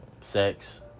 sex